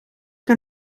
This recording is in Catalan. que